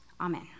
Amen